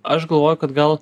aš galvoju kad gal